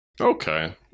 Okay